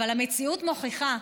אבל המציאות מוכיחה: